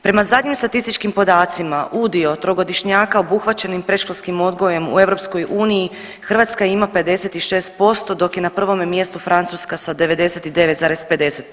Prema zadnjim statističkim podacima udio trogodišnjaka obuhvaćenim predškolskim odgojem u EU Hrvatska ima 56% dok je na prvome mjestu Francuska sa 99,50%